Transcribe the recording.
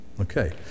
Okay